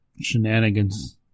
Shenanigans